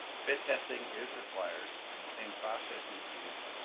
fit testing is required and the same process is used